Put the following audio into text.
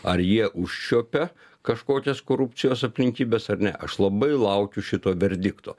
ar jie užčiuopia kažkokias korupcijos aplinkybes ar ne aš labai laukiu šito verdikto